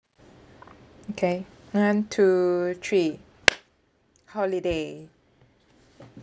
okay one two three holiday